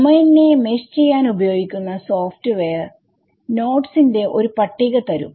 domain നെ mesh ചെയ്യാൻ ഉപയോഗിക്കുന്ന സോഫ്റ്റ്വെയർ നോഡ്സ് ന്റെ ഒരു പട്ടിക തരും